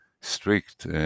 strict